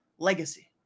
Legacy